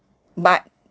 but